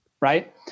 right